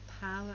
power